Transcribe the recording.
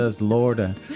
Lord